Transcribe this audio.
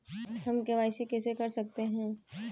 हम के.वाई.सी कैसे कर सकते हैं?